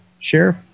sheriff